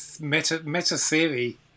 meta-theory